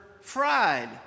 fried